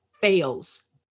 fails